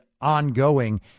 ongoing